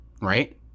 right